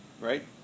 right